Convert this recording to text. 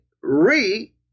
re-